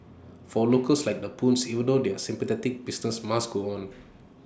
for locals like the Puns even though they're sympathetic business must go on